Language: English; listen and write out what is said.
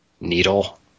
needle